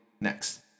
next